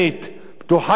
פתוחה יותר,